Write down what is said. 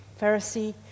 Pharisee